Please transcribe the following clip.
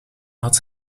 had